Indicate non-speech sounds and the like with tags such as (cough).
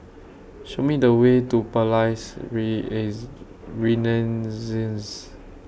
Show Me The Way to Palais (unintelligible) Renaissance